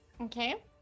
Okay